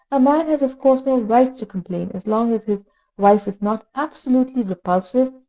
a man has of course no right to complain as long as his wife is not absolutely repulsive,